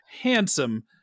handsome